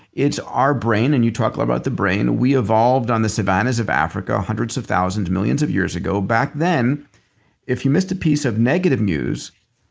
it's our brain and you talk about the brain. we evolve on the savanna's of africa hundreds of thousands, millions of years ago. back then if you missed a piece of negative news,